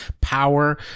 power